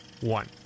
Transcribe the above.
one